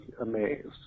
amazed